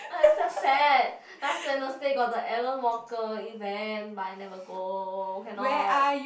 !aiyo! so sad last Wednesday got the AlanWalker event but I never go cannot